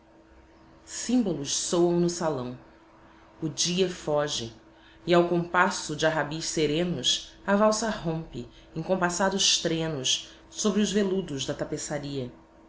címbalos soam no salão o dia foge e ao compasso de arrabis serenos a valsa rompe em compassados trenos sobre os veludos da tapeçaria